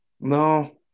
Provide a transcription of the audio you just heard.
No